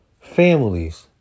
families